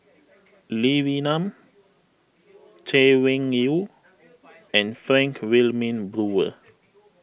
Lee Wee Nam Chay Weng Yew and Frank Wilmin Brewer